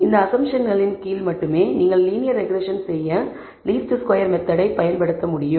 இந்த அஸம்ப்ஷன்களின் கீழ் மட்டுமே நீங்கள் லீனியர் ரெக்ரெஸ்ஸன் செய்ய லீஸ்ட் ஸ்கொயர் மெத்தெட்டை பயன்படுத்த முடியும்